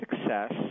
success